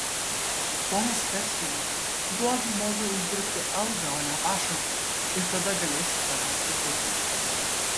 ponas verslininke duok žmogui uždirbti algą o ne pašalpą ir tada galėsi praverti burną